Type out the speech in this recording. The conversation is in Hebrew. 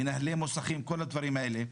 מנהלי מוסכים כל הדברים האלה.